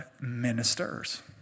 ministers